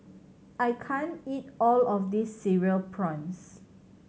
I can't eat all of this Cereal Prawns